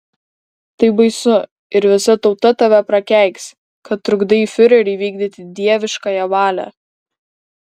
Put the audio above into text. tai baisu ir visa tauta tave prakeiks kad trukdai fiureriui vykdyti dieviškąją valią